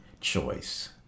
choice